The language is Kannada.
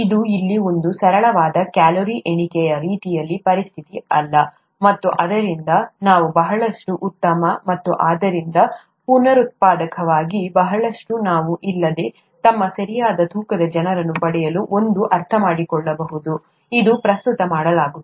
ಇದು ಇಲ್ಲಿ ಒಂದು ಸರಳವಾದ ಕ್ಯಾಲೋರಿ ಎಣಿಕೆಯ ರೀತಿಯ ಪರಿಸ್ಥಿತಿ ಅಲ್ಲ ಮತ್ತು ಆದ್ದರಿಂದ ನಾವು ಬಹಳಷ್ಟು ಉತ್ತಮ ಮತ್ತು ಆದ್ದರಿಂದ ಪುನರುತ್ಪಾದಕವಾಗಿ ಬಹಳಷ್ಟು ನೋವು ಇಲ್ಲದೆ ತಮ್ಮ ಸರಿಯಾದ ತೂಕದ ಜನರು ಪಡೆಯಲು ಎಂದು ಅರ್ಥಮಾಡಿಕೊಳ್ಳಬಹುದು ಇದು ಪ್ರಸ್ತುತ ಮಾಡಲಾಗುತ್ತದೆ